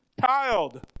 child